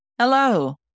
Hello